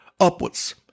upwards